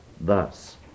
Thus